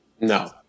No